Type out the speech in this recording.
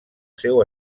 seu